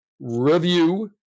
review